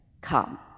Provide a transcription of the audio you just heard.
come